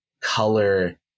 color